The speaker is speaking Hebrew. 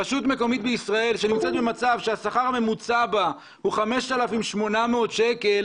רשות מקומית בישראל שנמצאת במצב שהשכר המוצע בה הוא 5,800 שקלים